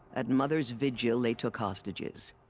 at mother's vigil they took hostages.